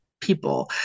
people